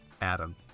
Adam